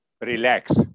Relax